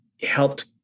helped